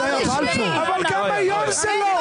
אבל גם היום זה לא.